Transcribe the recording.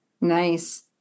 Nice